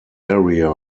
area